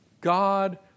God